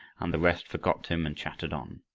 and the rest forgot him and chattered on.